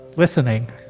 Listening